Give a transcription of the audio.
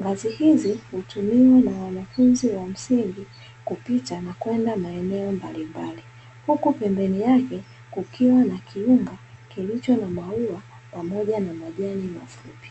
Ngazi hizi hutumiwa na wanafunzi wa msingi, kupita na kwenda maeneo mbalimbali, huku pembeni yake kukiwa na kiunga kilicho na maua pamoja na majani mafupi.